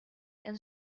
and